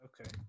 okay